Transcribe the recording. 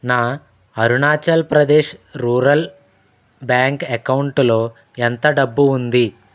నా Arunachal Pradesh rural bank అకౌంటులో ఎంత డబ్బు ఉంది